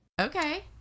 Okay